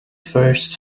first